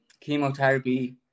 chemotherapy